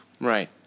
Right